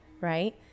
right